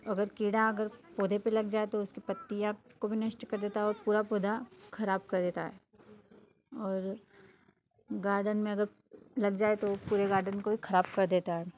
अगर कीड़ा अगर पौधे पर लग जाए तो उसकी पत्तियाँ को भी नष्ट कर देता और पूरा पौधा ख़राब कर देता है और गार्डन में अगर लग जाए तो पूरे गार्डन को ही ख़राब कर देता है